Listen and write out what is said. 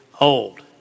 old